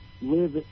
live